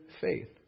faith